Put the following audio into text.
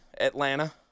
Atlanta